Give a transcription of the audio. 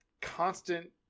constant